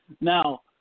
Now